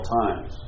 times